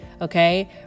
okay